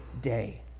day